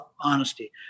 honesty